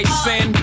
sin